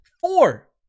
Four